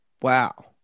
Wow